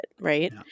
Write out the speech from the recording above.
right